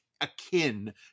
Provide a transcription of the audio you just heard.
akin